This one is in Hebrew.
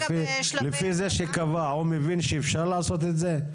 לפי זה שקבע, הוא מבין שאפשר לעשות את זה?